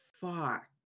fuck